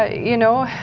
ah you know,